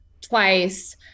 twice